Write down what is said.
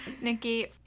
Nikki